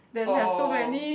oh